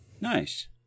Nice